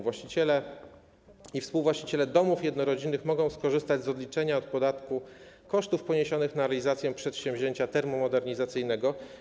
Właściciele i współwłaściciele domów jednorodzinnych mogą skorzystać z odliczenia od podatku kosztów poniesionych na realizację przedsięwzięcia termomodernizacyjnego.